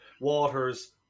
waters